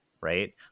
right